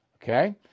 Okay